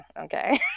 okay